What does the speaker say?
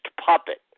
puppet